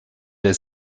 der